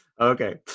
Okay